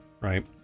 right